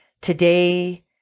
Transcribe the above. Today